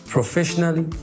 Professionally